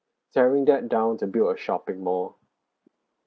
tearing that down to build a shopping mall